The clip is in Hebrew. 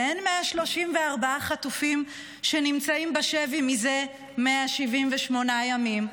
ואין 134 חטופים שנמצאים בשבי מזה 178 ימים.